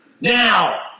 now